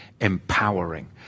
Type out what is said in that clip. empowering